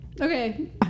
Okay